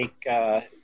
take